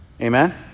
Amen